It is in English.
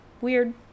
Weird